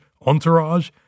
entourage